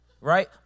Right